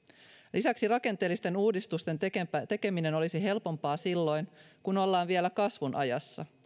lisäksi rakenteellisten uudistusten tekeminen olisi helpompaa silloin kun ollaan vielä kasvun ajassa